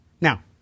Now